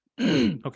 Okay